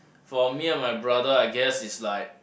for me and my brother I guess is like